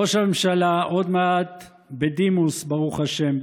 ראש הממשלה, עוד מעט בדימוס בנט, ברוך השם,